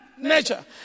nature